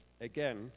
again